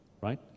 Right